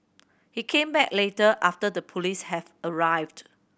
he came back later after the police had arrived